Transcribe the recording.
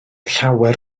llawer